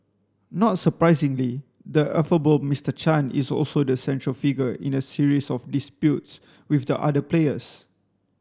not surprisingly the affable Mister Chan is also the central figure in a series of disputes with the other players